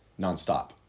nonstop